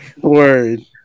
Word